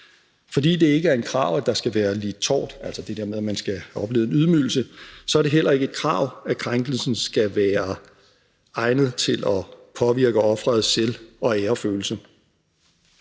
Fordi det ikke er et krav, at der skal være lidt tort – altså det der med, at man skal have oplevet en ydmygelse – er det heller ikke et krav, at krænkelsen skal være egnet til at påvirke ofrets selv- og æresfølelse.